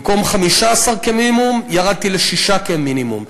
במקום מינימום 15 ירדתי לשישה מינימום,